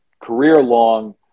career-long